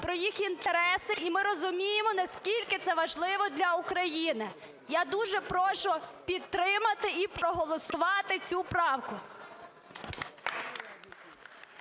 про їх інтереси і ми розуміємо, наскільки це важливо для України. Я дуже прошу підтримати і проголосувати цю правку.